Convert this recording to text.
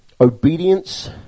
Obedience